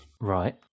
Right